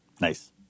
Nice